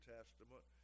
Testament